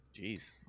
Jeez